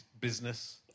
business